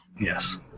yes